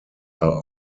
are